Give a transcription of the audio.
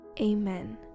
Amen